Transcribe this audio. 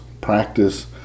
practice